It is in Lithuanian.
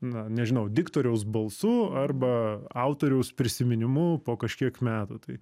na nežinau diktoriaus balsu arba autoriaus prisiminimu po kažkiek metų tai